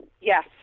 Yes